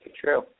True